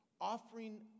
offering